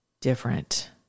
different